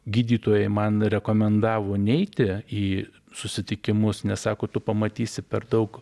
gydytojai man rekomendavo neiti į susitikimus nes sako tu pamatysi per daug